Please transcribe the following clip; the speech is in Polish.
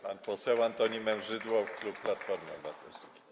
Pan poseł Antoni Mężydło, klub Platforma Obywatelska.